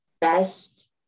best